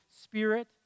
Spirit